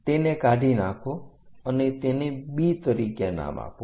તેને કાઢી નાખો અને તેને B તરીકે નામ આપો